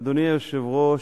אדוני היושב-ראש,